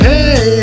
Hey